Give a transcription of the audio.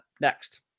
next